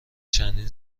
چندین